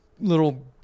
little